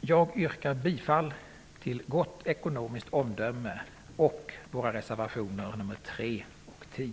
Jag yrkar bifall till gott ekonomiskt omdöme och våra reservationer nr 3 och 10.